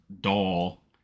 doll